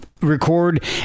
record